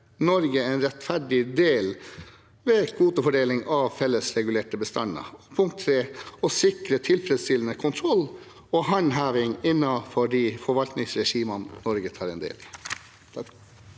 Norge en rettferdig del ved kvotefordeling av fellesregulerte bestander 3. å sikre tilfredsstillende kontroll og håndheving innenfor de forvaltingsregimene Norge tar del i